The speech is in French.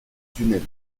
tunnels